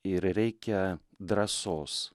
ir reikia drąsos